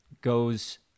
goes